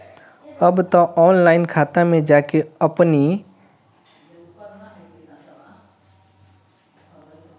अब तअ ऑनलाइन खाता में जाके आपनी जमा कईल पईसा के भजावल जा सकत हवे